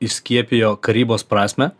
įskiepijo karybos prasmę